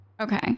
Okay